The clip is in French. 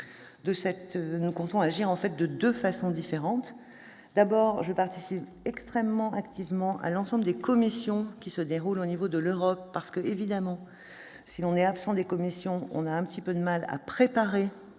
Nous comptons agir de deux façons différentes. Tout d'abord, je participe extrêmement activement à l'ensemble des commissions qui se déroulent à l'échelon européen. Évidemment, si l'on est absent de ces commissions, on a un peu de mal à préparer